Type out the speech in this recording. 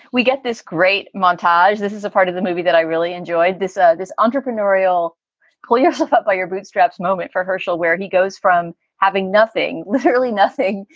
we get this great montage. this is a part of the movie that i really enjoyed this ah this entrepreneurial entrepreneurial pull yourself up by your bootstraps moment for herschel, where he goes from having nothing, literally nothing,